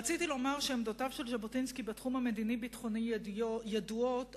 רציתי לומר שעמדותיו של ז'בוטינסקי בתחום המדיני-ביטחוני ידועות,